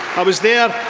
i was there